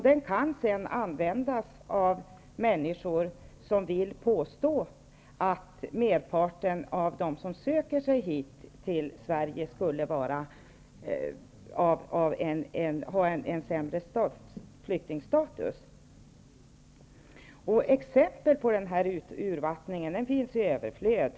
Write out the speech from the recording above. Den kan sedan användas av människor som vill påstå att merparten av dem som söker sig till Sverige har en sämre flyktingstatus. Exempel på denna urvattning finns i överflöd.